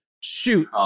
shoot